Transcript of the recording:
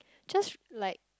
just like